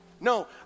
No